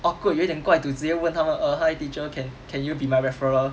awkward 有点怪 to 直接问他 what err hi teacher can can you be my referral